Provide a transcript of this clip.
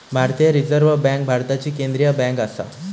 भारतीय reserve bank भारताची केंद्रीय बँक आसा